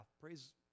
praise